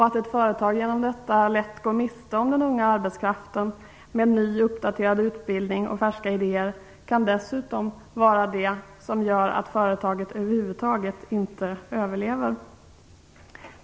Att ett företag genom detta lätt går miste om den unga arbetskraften med ny, uppdaterad utbildning och färska idéer kan dessutom vara det som gör att företaget över huvud taget inte överlever.